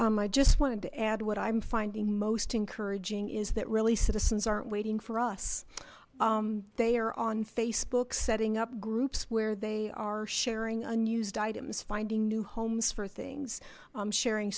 francs i just wanted to add what i'm finding most encouraging is that really citizens aren't waiting for us they are on facebook setting up groups where they are sharing unused items finding new homes for things sharing